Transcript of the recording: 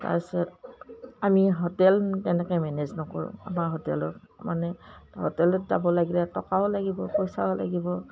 তাৰ পিছত আমি হোটেল তেনেকৈ মেনেজ নকৰোঁ আমাৰ হোটেলত মানে হোটেলত যাব লাগিলে টকাও লাগিব পইচাও লাগিব